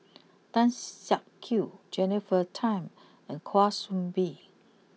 Tan Siak Kew Jennifer Tham and Kwa Soon Bee